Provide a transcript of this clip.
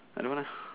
I don't want